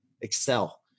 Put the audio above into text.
excel